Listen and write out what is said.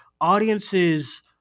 audiences